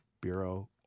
Bureau